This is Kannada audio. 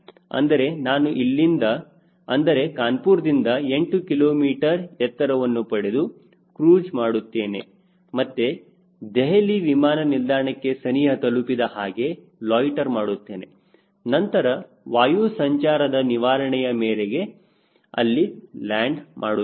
ಅಂದರೆ ನಾನು ಇಲ್ಲಿಂದ ಅಂದರೆ ಕಾನ್ಪುರದಿಂದ 8 ಕಿಲೋಮೀಟರ್ ಎತ್ತರವನ್ನು ಪಡೆದು ಕ್ರೂಜ್ ಮಾಡುತ್ತಿದ್ದೇನೆ ಮತ್ತೆ ದೆಹಲಿ ವಿಮಾನ ನಿಲ್ದಾಣಕ್ಕೆ ಸನಿಹ ತಲುಪಿದ ಹಾಗೆ ಲೊಯ್ಟ್ಟೆರ್ ಮಾಡುತ್ತೇನೆ ನಂತರ ವಾಯು ಸಂಚಾರದ ನಿವಾರಣೆಯ ಮೇರೆಗೆ ಅಲ್ಲಿ ಲ್ಯಾಂಡ್ ಮಾಡುತ್ತೇನೆ